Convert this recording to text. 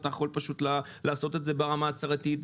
אתה יכול פשוט לעשות את זה ברמה הצהרתית.